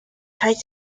tried